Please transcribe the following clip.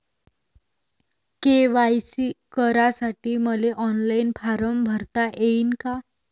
KYC करासाठी मले online form भरता येईन का?